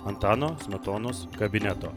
antano smetonos kabineto